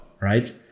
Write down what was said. right